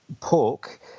pork